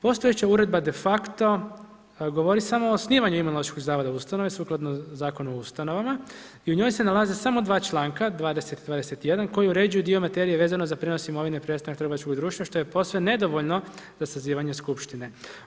Postojeća uredba de facto govori samo o osnivanju Imunološkog zavoda ustanove, sukladno Zakona o ustanovama, i u njoj se nalazi samo 2 članka, 20. i 21. koji uređuje dio materije vezano za prijenos imovine prestanka trgovačkog društva, što je posve nedovoljno za sazivanje skupštine.